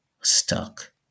stuck